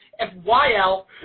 FYL